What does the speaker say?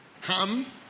ham